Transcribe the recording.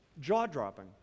jaw-dropping